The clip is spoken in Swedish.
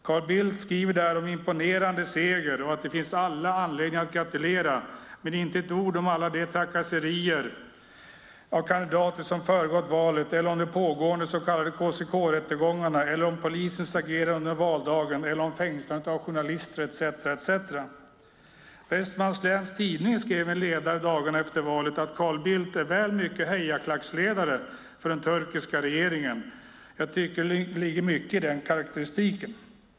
Carl Bildt skriver där om "en imponerande seger" och att "det finns all anledning att gratulera" men inte ett ord om alla de trakasserier av kandidater som föregått valet, om de pågående så kallade KCK-rättegångarna, om polisens agerande under valdagen eller om fängslandet av journalister etcetera. Västmanlands Läns Tidning skrev i en ledare dagarna efter valet att Carl Bildt är väl mycket hejaklacksledare för den turkiska regeringen, och jag tycker det ligger mycket i den karakteristiken.